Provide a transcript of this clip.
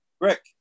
Rick